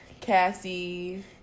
Cassie